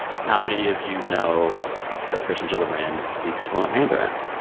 how many of you know that kirsten gillibrand speaks fluent mandarin?